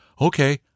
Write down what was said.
okay